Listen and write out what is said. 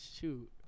shoot